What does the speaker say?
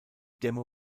demo